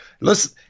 Listen